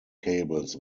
cables